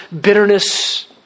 bitterness